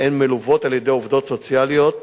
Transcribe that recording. והן מלוות על-ידי עובדות סוציאליות